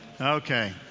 Okay